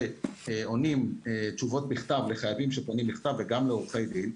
ועונים תשובות בכתב לחייבים שפונים בכתב וגם לעורכי דין,